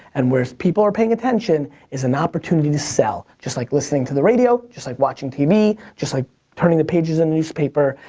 and where people are paying attention is an opportunity to sell. just like listening to the radio, just like watching tv, just like turning the pages in a newspaper,